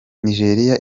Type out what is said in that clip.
nigeria